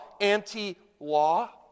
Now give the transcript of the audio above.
anti-law